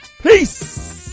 Peace